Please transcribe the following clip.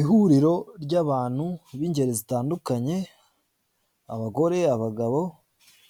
Ihuriro ry'abantu b'ingeri zitandukanye, abagore, abagabo,